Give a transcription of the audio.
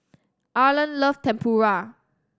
Arlan love Tempura